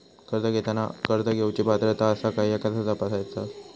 कर्ज घेताना कर्ज घेवची पात्रता आसा काय ह्या कसा तपासतात?